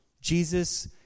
Jesus